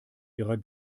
ihrer